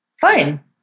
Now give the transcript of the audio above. Fine